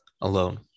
alone